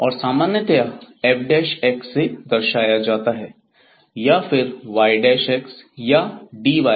और यह सामान्यतया f से दर्शाया जाता है या फिर y या dydx